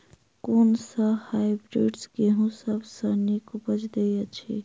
कुन सँ हायब्रिडस गेंहूँ सब सँ नीक उपज देय अछि?